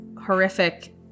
horrific